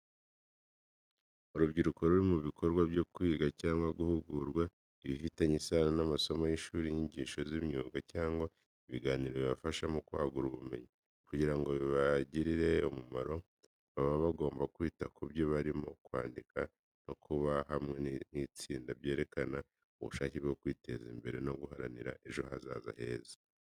Urubyiruko ruri mu bikorwa byo kwiga cyangwa guhugurwa, ibifitanye isano n’amasomo y’ishuri, inyigisho z’imyuga, cyangwa ibiganiro bifasha mu kwagura ubumenyi. Kugira ngo bibagirire umumaro baba bagomba kwita ku byo barimo, kwandika no kuba hamwe nk’itsinda byerekana ubushake bwo kwiteza imbere no guharanira ejo hazaza heza.